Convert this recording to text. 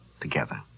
together